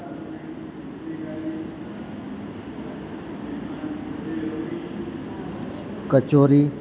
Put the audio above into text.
kachori